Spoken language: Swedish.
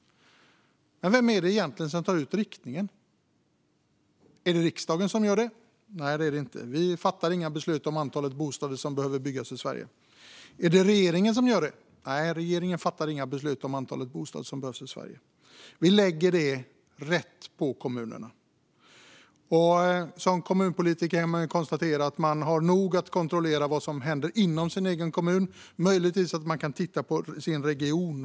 Men vem är det egentligen som tar ut riktningen? Är det riksdagen som gör det? Nej, det är det inte. Vi fattar inga beslut om antalet bostäder som behöver byggas i Sverige. Är det regeringen som gör det? Nej, regeringen fattar inga beslut om antalet bostäder som behövs i Sverige. Vi lägger detta på kommunerna. Som kommunpolitiker kan man konstatera att man har nog med att kontrollera vad som händer inom sin egen kommun. Möjligtvis kan man titta på sin region.